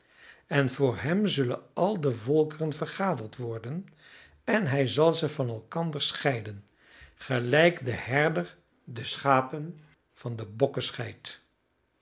en voor hem zullen al de volken vergaderd worden en hij zal ze van elkander scheiden gelijk de herder de schapen van de bokken scheidt